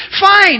Fine